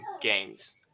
games